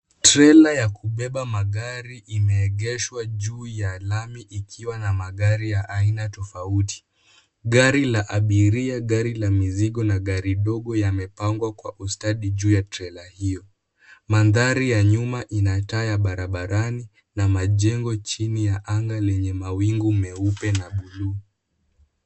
Trela ya kubeba magari imeegeshwa juu ya lami ikiwa na magari ya aina tofauti. Gari la abiria, gari la mizigo na gari dogo yamepangwa kwa ustadi juu ya trela hiyo. Mandhari ya nyuma ina taa ya barabarani na majengo chini ya anga lenye mawingu meupe na bluu.